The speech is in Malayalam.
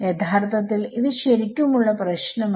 യഥാർത്ഥത്തിൽ ഇത് ശരിക്കുമുള്ള പ്രശ്നം അല്ല